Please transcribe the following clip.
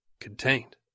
contained